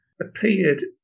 appeared